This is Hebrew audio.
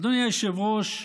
אדוני היושב-ראש,